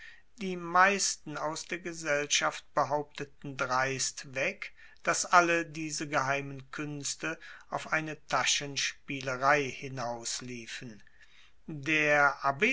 die meisten aus der gesellschaft behaupteten dreist weg daß alle diese geheimen künste auf eine taschenspielerei hinausliefen der